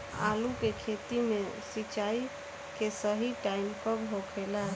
आलू के खेती मे सिंचाई के सही टाइम कब होखे ला?